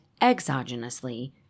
exogenously